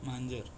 मांजर